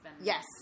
Yes